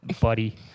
buddy